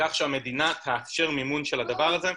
בכך שהמדינה תאפשר מימון של הדבר הזה.